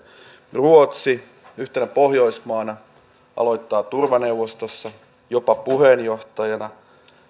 ruotsi yhtenä pohjoismaana aloittaa turvaneuvostossa jopa puheenjohtajana